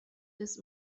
ist